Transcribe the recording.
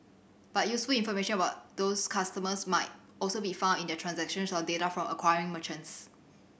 but useful information about those customers might also be found in their transactions or data from acquiring merchants